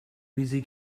music